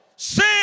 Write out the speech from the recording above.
Sin